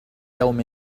يوم